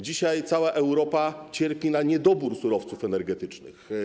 Dzisiaj cała Europa cierpi na niedobór surowców energetycznych.